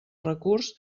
recurs